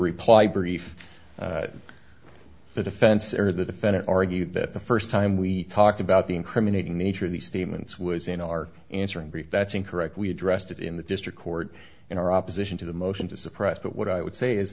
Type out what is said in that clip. reply brief the defense or the defendant argued that the first time we talked about the incriminating nature of the statements was in our answer in brief that's incorrect we addressed it in the district court in our opposition to the motion to suppress but what i would say is